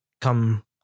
come